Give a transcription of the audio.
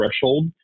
threshold